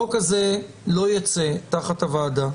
החוק הזה לא יצא תחת הוועדה,